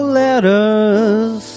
letters